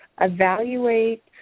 evaluate